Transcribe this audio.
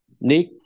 Nick